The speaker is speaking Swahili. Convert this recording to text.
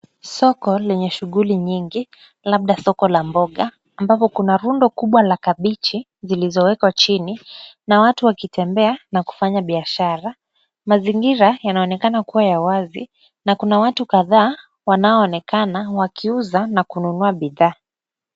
Soko lenye shughuli nyingi labda soko la mboga ambapo kuna rundo kubwa la kabichi zilizowekwa chini na watu wakitembea na kufanya biashara. Mazingira yanaonekana kuwa ya wazi na kuna watu kadhaa wanaoonekana wakiuza na kununua bidhaa.